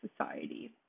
society